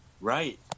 right